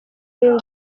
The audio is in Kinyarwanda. dream